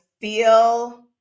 feel